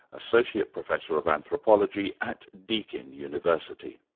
associate professor of anthropology at deakin university.